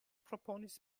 proponis